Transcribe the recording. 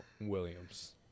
Williams